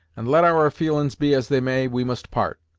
and let our feelin's be as they may, we must part.